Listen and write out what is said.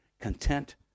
content